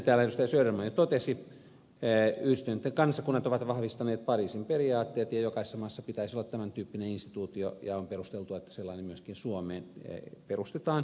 söderman jo totesi yhdistyneet kansakunnat ovat vahvistaneet pariisin periaatteet ja jokaisessa maassa pitäisi olla tämän tyyppinen instituutio ja on perusteltua että sellainen myöskin suomeen perustetaan